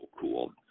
cool